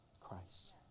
Christ